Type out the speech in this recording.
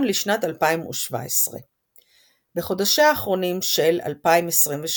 לשנת 2017. בחודשיה האחרונים של 2023,